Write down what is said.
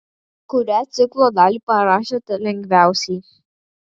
kurią ciklo dalį parašėte lengviausiai